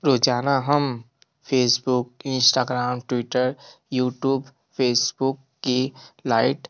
रोजाना हम Facebook Instagram Twitter YouTube Facebook की लाइट